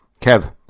Kev